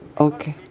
okay